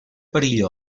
perillós